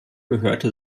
gehörte